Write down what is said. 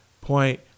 point